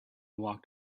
walked